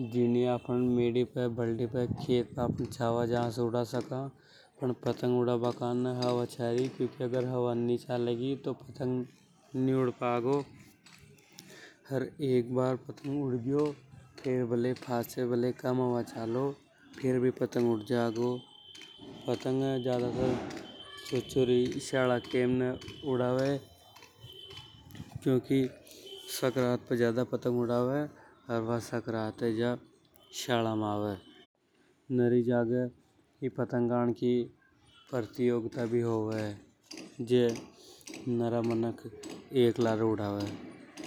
जा से उड़ा सका। पन पतंग उड़ा बा कार ने हवा छा रि हवा नि चलेंगी तो पतंग नि उड़ेगो। अर एक बात उड़ गयो तो फेर भले कम हवा में भी उड़ जागो पतंग ये ज्यादा तर छोर छोरी ज्यादा श्याला की टेम ने उड़वे। क्योंकि सकारात पे ज्यादा पतंग उड़वे अर या सकरात शायला में ही आवे। नारी जागे ई पतंग नाकि प्रतियोगिता भी होवे जे नरा मनक एक करे उड़ावे।